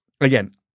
again